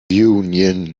union